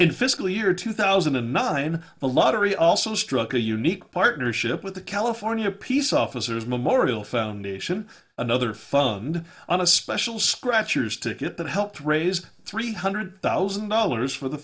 fiscal year two thousand and nine the lottery also struck a unique partnership with the california peace officers memorial foundation another fund on a special scratchers ticket that helped raise three hundred thousand dollars for the